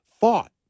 thought